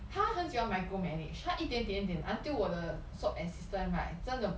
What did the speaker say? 他很喜欢 micro manage 他一点点一点 until 我的 swab assistant right 真的